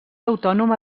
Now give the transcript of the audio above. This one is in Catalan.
autònoma